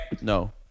No